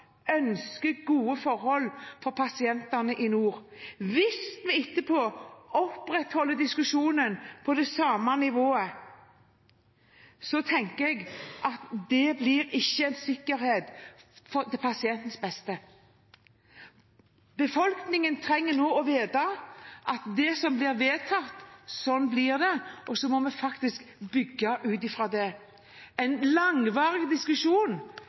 ønsker gode forhold for pasientene i nord. Hvis vi etterpå opprettholder diskusjonen på det samme nivået, tenker jeg at det ikke blir en sikkerhet for pasientenes beste. Befolkningen trenger nå å vite at det blir som vedtatt, blir sånn. Så må vi bygge ut fra det. En langvarig diskusjon